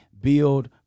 build